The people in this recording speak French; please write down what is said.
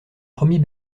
premier